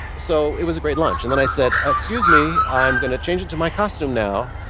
so it was a great lunch and then i said excuse me i'm going to change into my costume now.